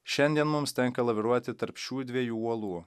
šiandien mums tenka laviruoti tarp šių dviejų uolų